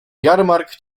jarmark